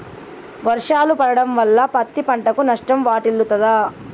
వర్షాలు పడటం వల్ల పత్తి పంటకు నష్టం వాటిల్లుతదా?